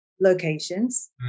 locations